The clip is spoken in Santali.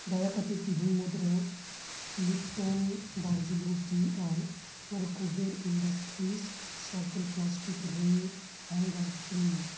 ᱫᱟᱭᱟ ᱠᱟᱛᱮᱫ ᱛᱮᱦᱮᱧ ᱢᱩᱫᱽᱨᱮ ᱞᱤᱯᱴᱚᱱ ᱫᱟᱨᱡᱤᱞᱤᱝ ᱴᱤ ᱟᱨ Kuber industries circle plastic ring hanger ᱦᱟᱴᱤᱝ ᱢᱮ